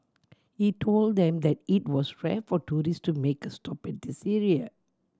he told them that it was rare for tourist to make a stop at this area